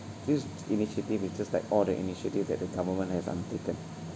this initiative is just like all the initiatives that the government has untaken